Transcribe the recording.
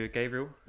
gabriel